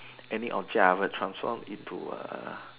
any object I will transform into a